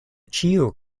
ĉiu